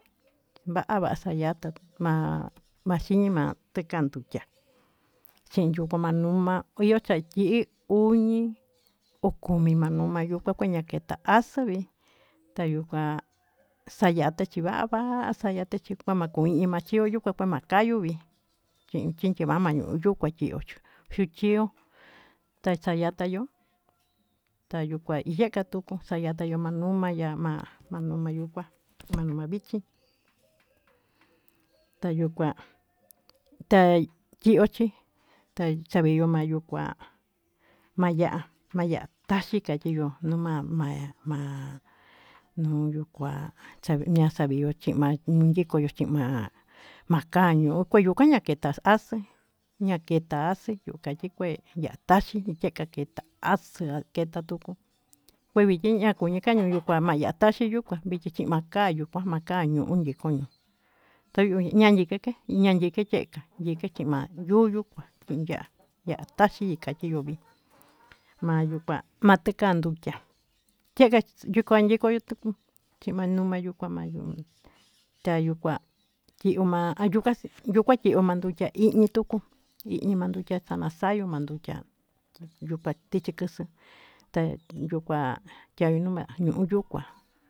Va'a va xayata ma'a maxhiñi maté kanyukia, kiño kuu ma'a ñiuma yuu chanyi uñi o komi mayuma yuu ndoko naketa axuu vii nayuka xayate chí va'a va xayate chí makuinma, chió yuku makayu vii chin chinchi mama yuyu kuachió xuu chió tachaya tayo'ó tayutu kua yeka tuyuu yata yuu mayuma ya'á ma'a mayuu mayukuá manuma vichí tayukua tayiochí taxavió mayuu kuá maya maya taxhi chiya iyo nuu ma'a ma ma nuyuu kuá, xa nachavió xima'a ñii ñikoyo xima'a makañuu kañu ñakueta xa'a xaxe naketaxe yuu kaí kué ya'á taxhi nikaketa axii ti naketa tuyuu, kua nayeta ñiñe kañuñu kuá mayataxi yuu kuá mixhi makayuu kuá ñuu makan yuyi koñió tañuu ñanyi naka ñanyi kekenga, ñanichi ma'a yuyukuá kanya'a taxhi nikayiyo vii ma'a yuu kua mandeka tukiá kengan ndikan tekuu ndukió chimayuka nuka mayuu tayuu kuá kiuma ayu axii numandukia ha iñii tuu, ini mandukia xanaxayu mandukia yukia ndichi kaxa'a ta'a yuu kuá táñiuma ñuu yuu kuá.